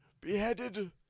beheaded